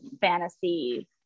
fantasy